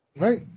Right